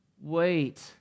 wait